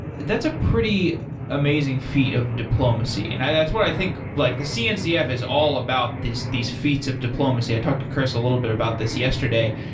that's a pretty amazing feat of diplomacy. and that's what i think, like the cncf is all about this these feats of diplomacy. i talked to chris a little bit about this yesterday,